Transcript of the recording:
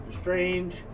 strange